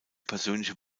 persönliche